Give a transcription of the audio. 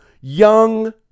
Young